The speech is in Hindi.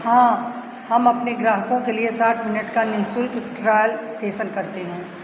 हाँ हम अपने ग्राहकों के लिए साठ मिनट का निःशुल्क ट्रायल सेशन करते हैं